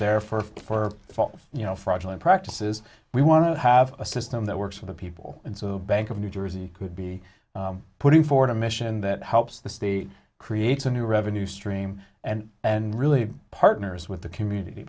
there for you know fraudulent practices we want to have a system that works for the people and so bank of new jersey could be putting forward a mission that helps the city creates a new revenue stream and and really partners with the community